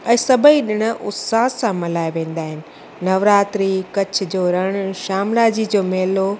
ऐं सभेई ॾिण उत्साह सां मल्हाया वेंदा आहिनि नवरात्रि कच्छ जो रण शामणा जी जो मेलो